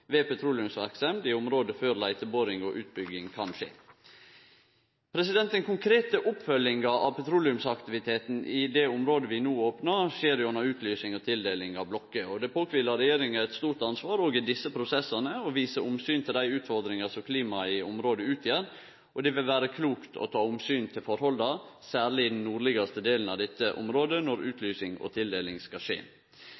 ved petroleumsverksemd i området før leiteboring og utbygging kan skje. Den konkrete oppfølginga av petroleumsaktiviteten i det området vi no opnar, skjer gjennom utlysing og tildeling av blokkar, og det ligg eit stort ansvar på regjeringa òg i desse prosessane for å vise omsyn til dei utfordringane som klimaet i området utgjer. Det vil vere klokt å ta omsyn til tilhøva, særleg i den nordlegaste delen av dette området, når